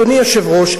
אדוני היושב-ראש,